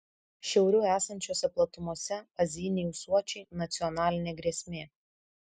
šiauriau esančiose platumose azijiniai ūsuočiai nacionalinė grėsmė